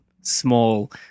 small